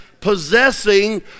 possessing